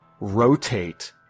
rotate